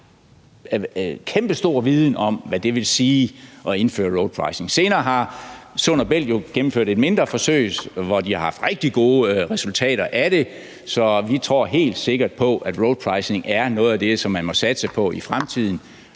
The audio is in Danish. kæmpestor viden om, hvad det vil sige at indføre roadpricing. Senere har Sund & Bælt jo gennemført et mindre forsøg, hvor de har haft rigtig gode resultater af det. Så vi tror helt sikkert på, at roadpricing er noget af det, som man må satse på i fremtiden,